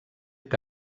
que